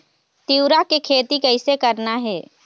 तिऊरा के खेती कइसे करना हे?